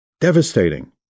Devastating